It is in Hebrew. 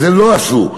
את זה לא עשו,